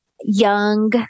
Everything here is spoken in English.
young